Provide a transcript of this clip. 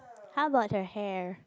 how about her hair